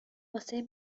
واسه